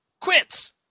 quits